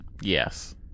yes